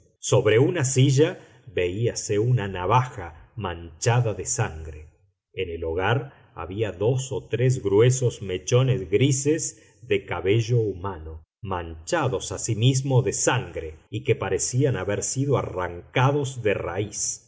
sobre una silla veíase una navaja manchada de sangre en el hogar había dos o tres gruesos mechones grises de cabello humano manchados asimismo de sangre y que parecían haber sido arrancados de raíz